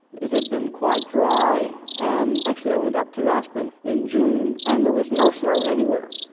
it had been quite dry. and actually i went up to aspen in june and there was no snow anywhere.